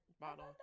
bottle